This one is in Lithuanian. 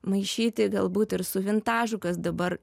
maišyti galbūt ir su vintažu kas dabar